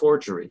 forgery